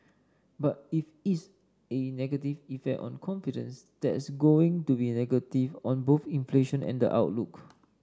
but if is a negative effect on confidence that's going to be negative on both inflation and outlook